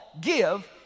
Give